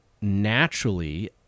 naturally